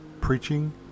Preaching